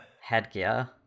headgear